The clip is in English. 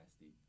nasty